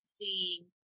seeing